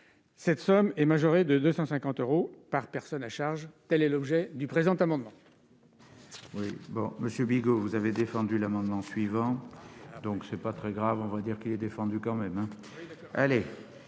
Cette somme est majorée de 250 euros par personne à charge. Tel est l'objet du présent amendement.